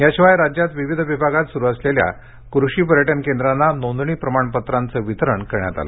याशिवाय राज्यात विविध भागात सुरु झालेल्या कृषी पर्यटन केंद्रांना नोंदणी प्रमाणपत्रांचं वितरण करण्यात आलं